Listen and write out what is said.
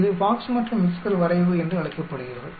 இது பாக்ஸ் மற்றும் விஸ்கர் சதி என்று அழைக்கப்படுகிறது